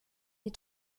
die